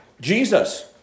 Jesus